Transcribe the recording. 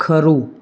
ખરું